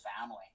family